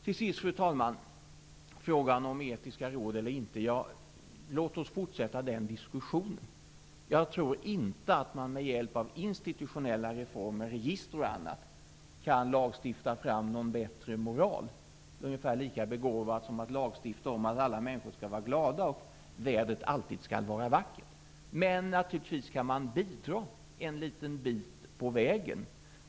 Till sist, fru talman, frågan om etiska råd eller inte. Låt oss fortsätta den diskussionen. Jag tror inte att man med hjälp av institutionella reformer, register och annat, kan lagstifta fram någon bättre moral. Det är ungefär lika begåvat som att lagstifta om att alla människor skall vara glada och att vädret alltid skall vara vackert. Men naturligtvis kan man bidra till att komma en liten bit på väg.